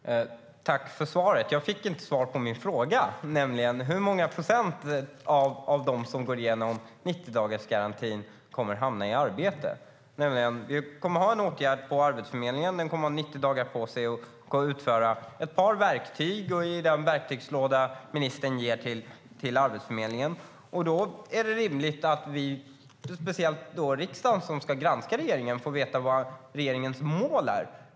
Fru talman! Jag tackar för svaret, men jag fick inte svar på min fråga, nämligen hur många procent av dem som går igenom 90-dagarsgarantin som kommer att hamna i arbete. Vi kommer att ha en åtgärd på Arbetsförmedlingen, som har 90 dagar på sig att använda ett par av verktygen i den verktygslåda som ministern ger dem. Då är det rimligt att vi - speciellt riksdagen, som ska granska regeringen - får veta vad regeringens mål är.